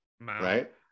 Right